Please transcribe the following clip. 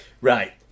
Right